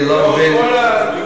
נחושה.